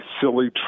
silly